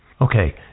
Okay